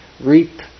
Reap